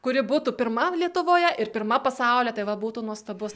kuri būtų pirma lietuvoje ir pirma pasaulyje tai va būtų nuostabus